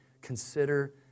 consider